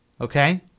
Okay